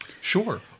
Sure